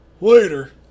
Later